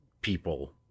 people